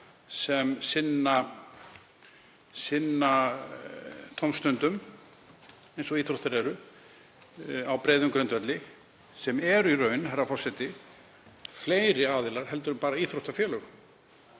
sem sinna tómstundum, eins og íþróttir eru, á breiðum grundvelli sem eru í raun, herra forseti, fleiri aðilar heldur en bara íþróttafélög.